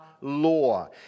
law